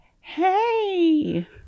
Hey